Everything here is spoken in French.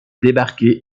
débarqués